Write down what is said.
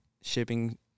shipping